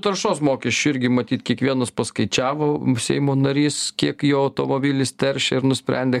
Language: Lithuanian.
taršos mokesčiu irgi matyt kiekvienas paskaičiavo seimo narys kiek jo automobilis teršia ir nusprendė